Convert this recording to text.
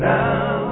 Now